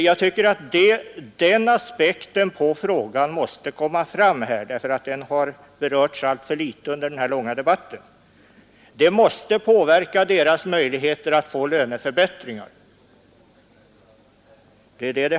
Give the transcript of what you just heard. Jag tycker att den aspekten på frågan måste komma fram här därför att den har berörts alltför litet i den långa debatten. Det måste påverka möjligheterna att få löneförbättringar.